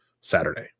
Saturday